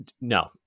no